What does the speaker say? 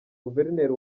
guverineri